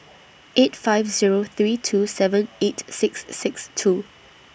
eight five Zero three two seven eight six six two